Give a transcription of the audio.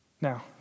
Now